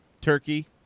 turkey